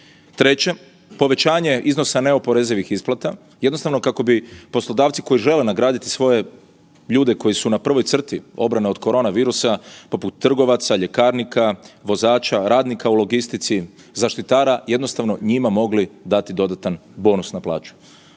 Treće povećanje iznosa neoporezivih isplata jednostavno kako bi poslodavci koji žele nagraditi svoje ljude koji su na prvoj crti obrane od korona virusa poput trgovaca, ljekarnika, vozača, radnika u logistici, zaštitara jednostavno njima mogli dati dodatan bonus na plaću.